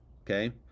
Okay